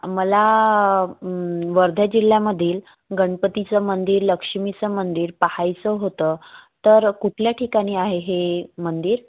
मला वर्धा जिल्ह्यामधील गणपतीचं मंदिर लक्ष्मीचं मंदिर पाहायचं होतं तर कुठल्या ठिकाणी आहे हे मंदिर